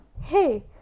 Hey